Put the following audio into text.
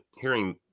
hearing